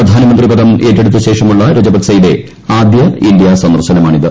പ്രധാനമന്ത്രിപദം ഏറ്റെടുത്തശേഷമുള്ള രജപക്സെയുടെ ആദ്യ ഇന്ത്യാ സന്ദർശനമാണിത്